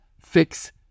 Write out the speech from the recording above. fix